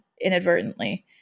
inadvertently